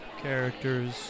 characters